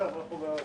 הצבעה בעד,